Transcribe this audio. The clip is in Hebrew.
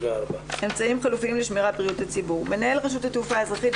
אמצעים חלופיים לשמירת בריאות הציבור מנהל רשות התעופה האזרחית,